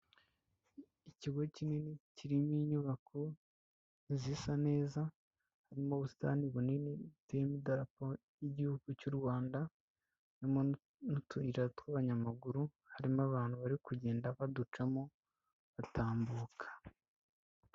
Ikigo kinini kirimo inyubako zisa neza harimo ubusitani bunini buteyemo idarapo ry'igihugu cy'u Rwanda, harimo n'utuyira tw'abanyamaguru, harimo n'abantu bari kugenda baducamo batambuka.